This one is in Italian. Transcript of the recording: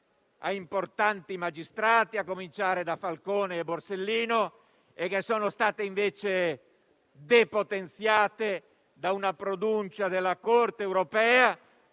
a importanti magistrati, a cominciare da Falcone e Borsellino; misure depotenziate da una pronuncia della Corte europea